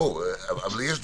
נשאלנו על